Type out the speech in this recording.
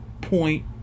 point